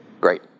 great